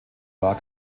war